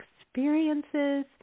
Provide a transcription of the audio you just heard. experiences